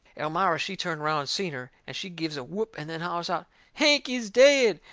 elmira she turned around and seen her, and she gives a whoop and then hollers out hank is dead!